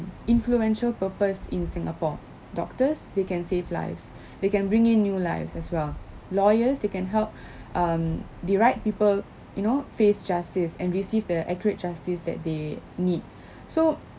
influential purpose in singapore doctors they can save lives they can bring in new lives as well lawyers they can help um the right people you know face justice and receive the accurate justice that they need so